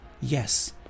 yes